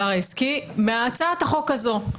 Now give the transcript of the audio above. מהצעת החוק הזאת.